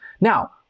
Now